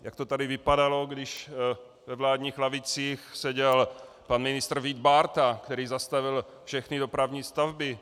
Jak to tady vypadalo, když ve vládních lavicích seděl pan ministr Vít Bárta, který zastavil všechny dopravní stavby.